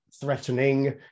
threatening